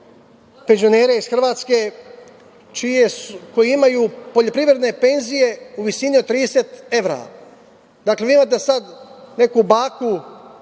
penzionere iz Hrvatske koji imaju poljoprivredne penzije u visini od 30 evra. Dakle, imate sad neku baku